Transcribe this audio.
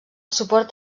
suport